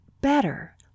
better